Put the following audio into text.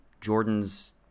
Jordan's